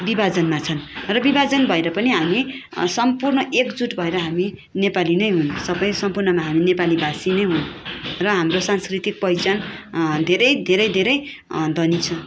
विभाजनमा छन् र विभाजन भएर पनि हामी सम्पूर्ण एकजुट भएर हामी नेपाली नै हुन् सबै सम्पूर्णमा हामी नेपाली भाषि नै हुन् र हाम्रो सांस्कृतिक पहिचान धेरै धेरै धेरै धनी छ